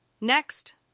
Next